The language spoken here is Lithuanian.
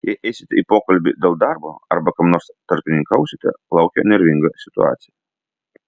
jei eisite į pokalbį dėl darbo arba kam nors tarpininkausite laukia nervinga situacija